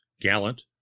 gallant